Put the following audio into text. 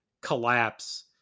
collapse